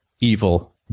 evil